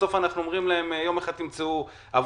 בסוף אנחנו אומרים להם יום אחד תמצאו עבודה.